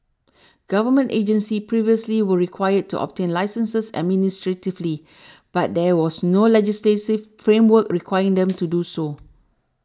government agencies previously were required to obtain licences administratively but there was no legislative framework requiring them to do so